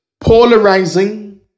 polarizing